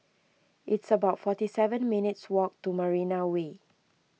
it's about forty seven minutes' walk to Marina Way